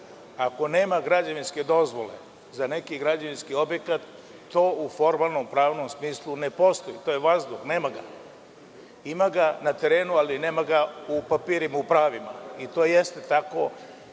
Ako nema građevinske dozvole za neki građevinski objekat to u formalno-pravnom smislu ne postoji, to je vazduh, nema ga. Ima ga na terenu ali nema ga u papirima, u pravima. To jeste tako